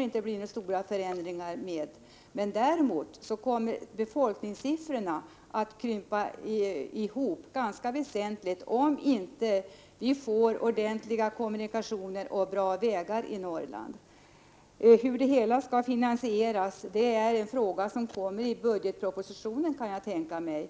inte kommer att ändras. Däremot kommer befolkningssiffrorna att krympa rätt väsentligt, om vi inte får ordentliga kommunikationer och bra vägar i Norrland. Hur det hela skall finansieras är en fråga som kommer att tas upp i budgetpropositionen, kan jag tänka mig.